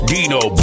Dino